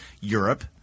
Europe